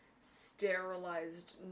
sterilized